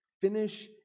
finish